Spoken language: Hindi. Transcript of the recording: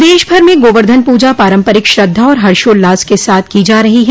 प्रदेश भर में गोवर्धन पूजा पारम्परिक श्रद्धा और हर्षोल्लास के साथ की जा रही है